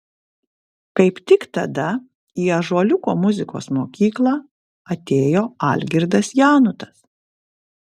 kaip tik tada į ąžuoliuko muzikos mokyklą atėjo algirdas janutas